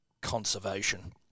conservation